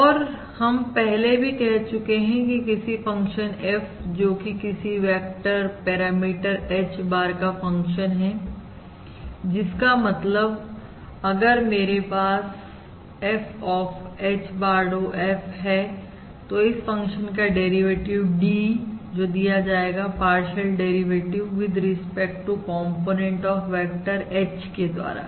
और हम पहले भी कह चुके हैं कि किसी फंक्शन F जो कि किसी वेक्टर पैरामीटर H bar का फंक्शन है जिसका मतलब अगर मेरे पास F of H bar dow F है तो इस फंक्शन का डेरिवेटिव d जो दिया जाएगा partial derivative with respect to component of vector H के वेक्टर के द्वारा